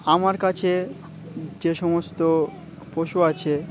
আমার কাছে যে সমস্ত পশু আছে